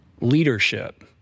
leadership